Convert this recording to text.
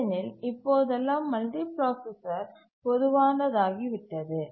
ஏனெனில் இப்போதெல்லாம் மல்டிபிராசசர் பொதுவானதாகிவிட்டது